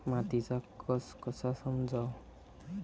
मातीचा कस कसा समजाव?